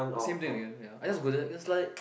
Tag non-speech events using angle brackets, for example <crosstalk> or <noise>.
same thing again ya I just go there it's like <noise>